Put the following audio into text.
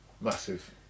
Massive